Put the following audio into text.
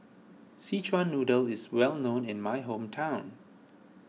Szechuan Noodle is well known in my hometown